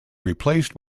replaced